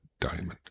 diamond